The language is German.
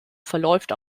verläuft